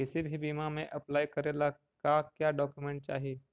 किसी भी बीमा में अप्लाई करे ला का क्या डॉक्यूमेंट चाही?